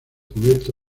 cubierto